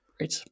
Right